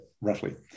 roughly